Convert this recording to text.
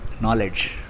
knowledge